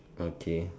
okay